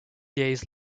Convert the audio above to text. days